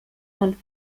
one